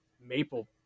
maple